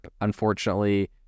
unfortunately